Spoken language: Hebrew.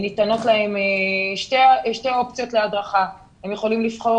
ניתנות להם שתי אופציות להדרכה: הם יכולים לבחור